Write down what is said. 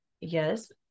yes